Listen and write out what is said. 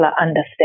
understand